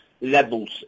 levels